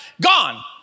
gone